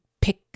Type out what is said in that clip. pick